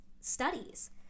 studies